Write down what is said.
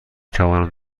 توانم